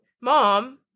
Mom